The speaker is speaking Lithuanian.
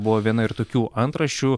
buvo viena ir tokių antraščių